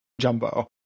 Jumbo